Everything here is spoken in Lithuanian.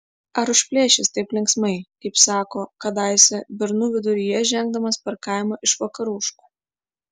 ar užplėš jis taip linksmai kaip sako kadaise bernų viduryje žengdamas per kaimą iš vakaruškų